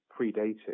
predated